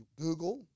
Google